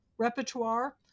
repertoire